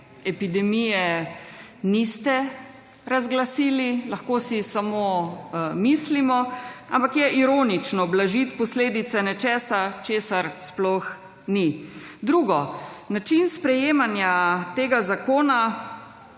epidemije niste razglasili. Lahko si samo mislimo. Ampak je ironično blažiti posledice nečesa česar sploh ni. Drugo, način sprejemanja tega zakona